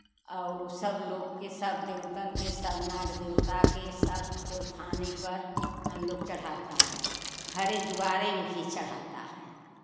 और सब लोग के सब देवतन के सब नाग देवता के शब्द उठाने पर हम लोग चढ़ाते हैं घरे द्वारे में भी चढ़ाते हैं